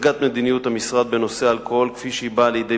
הצגת מדיניות המשרד בנושא האלכוהול כפי שהיא באה לידי